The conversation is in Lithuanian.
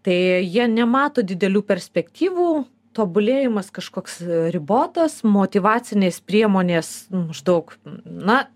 tai jie nemato didelių perspektyvų tobulėjimas kažkoks ribotas motyvacinės priemonės maždaug na